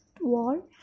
Wall